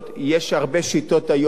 יש הרבה שיטות היום,